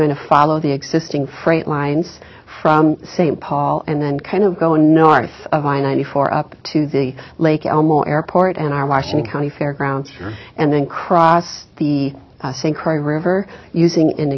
going to follow the existing freight lines from st paul and then kind of go no ice of i ninety four up to the lake elmo airport and our washington county fairgrounds and then cross the synchro river using an